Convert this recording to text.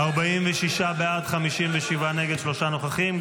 46 בעד, 57 נגד, שלושה נוכחים.